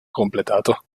completato